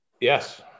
Yes